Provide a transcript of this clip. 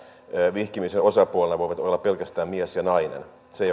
vihkimisen osapuolena voivat olla pelkästään mies ja nainen se